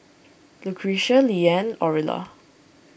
Lucretia Leeann Orilla